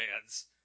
fans